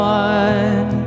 one